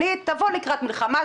שנית, תבוא לקראת מלחמה.